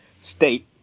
state